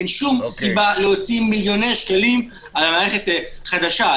אין שום סיבה להוציא מיליוני שקלים על מערכת חדשה,